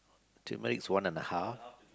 tumeric is one and a half